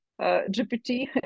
GPT